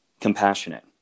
compassionate